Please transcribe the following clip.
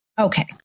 Okay